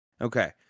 Okay